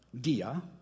Dia